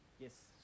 Yes